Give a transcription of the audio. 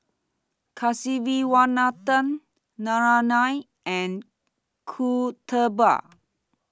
Kasiviswanathan Naraina and Kasturba